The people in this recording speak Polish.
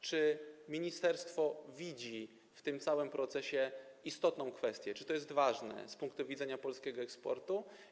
Czy ministerstwo widzi w tym całym procesie istotną kwestię, czy to jest ważne z punktu widzenia polskiego eksportu?